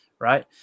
Right